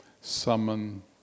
summon